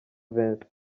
vincent